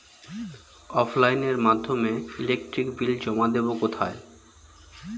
অফলাইনে এর মাধ্যমে ইলেকট্রিক বিল জমা দেবো কোথায়?